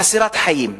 חסרת חיים.